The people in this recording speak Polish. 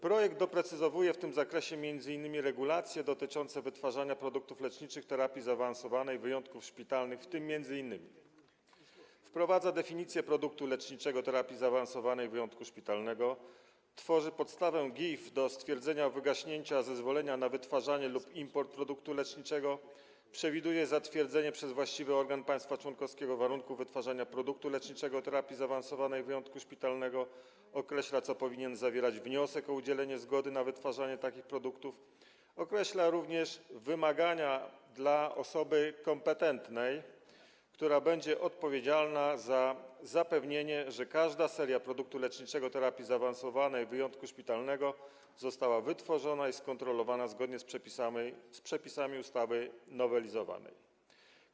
Projekt doprecyzowuje w tym zakresie m.in. regulacje dotyczące wytwarzania produktów leczniczych terapii zaawansowanej wyjątków szpitalnych, w tym m.in.: wprowadza definicję produktu leczniczego terapii zaawansowanej wyjątku szpitalnego; tworzy podstawę GIF do stwierdzenia wygaśnięcia zezwolenia na wytwarzanie lub import produktu leczniczego; przewiduje zatwierdzenie przez właściwy organ państwa członkowskiego warunków wytwarzania produktu leczniczego terapii zaawansowanej wyjątku szpitalnego; określa, co powinien zawierać wniosek o udzielenie zgody na wytwarzanie takich produktów; określa również wymagania dla osoby kompetentnej, która będzie odpowiedzialna za zapewnienie, że każda seria produktu leczniczego terapii zaawansowanej wyjątku szpitalnego została wytworzona i skontrolowana zgodnie z przepisami nowelizowanej ustawy.